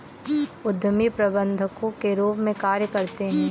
उद्यमी प्रबंधकों के रूप में कार्य करते हैं